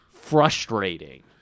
Frustrating